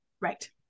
Right